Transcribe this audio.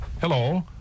Hello